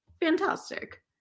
fantastic